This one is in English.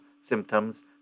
symptoms